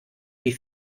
die